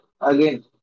again